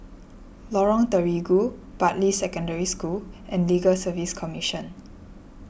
Lorong Terigu Bartley Secondary School and Legal Service Commission